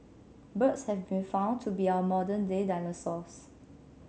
birds have been found to be our modern day dinosaurs